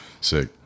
Sick